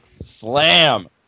slam